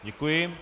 Děkuji.